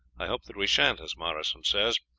i hope that we shan't, as morrison says,